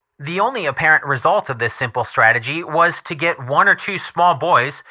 the only apparent result of this simple strategy was to get one or two small boys,